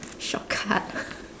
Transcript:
shortcut